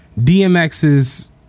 DMX's